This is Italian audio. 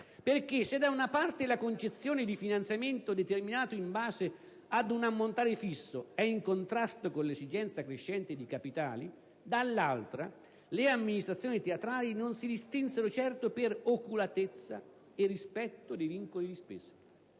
poiché, se da una parte la concezione di finanziamento determinato in base a un ammontare fisso è in contrasto con l'esigenza crescente di capitali, dall'altra, le amministrazioni teatrali non si distinsero certo per oculatezza e rispetto dei vincoli di spesa.